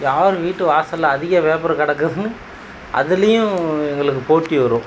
யார் வீட்டு வாசலில் அதிக பேப்பர் கிடக்குதுனு அதுலேயும் எங்களுக்கு போட்டி வரும்